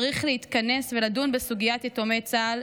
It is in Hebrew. צריך להתכנס ולדון בסוגיית יתומי צה"ל,